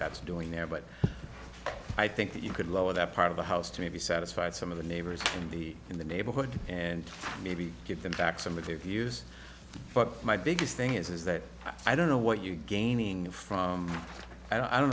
that's doing there but i think that you could lower that part of the house to maybe satisfy some of the neighbors in the in the neighborhood and maybe give them back some of your views but my biggest thing is that i don't know what you're gaining from i don't